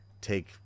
take